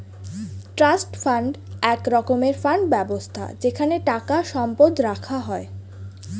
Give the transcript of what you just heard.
trust fund এক রকমের fund ব্যবস্থা যেখানে টাকা সম্পদ রাখা হয়